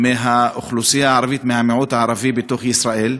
מהאוכלוסייה הערבית, מהמיעוט הערבי בתוך ישראל,